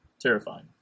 terrifying